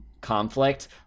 conflict